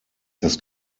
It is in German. das